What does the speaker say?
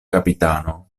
kapitano